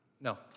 No